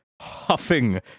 huffing